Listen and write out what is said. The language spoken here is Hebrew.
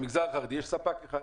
במגזר החרדי יש ספק אחד.